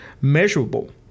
measurable